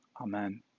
Amen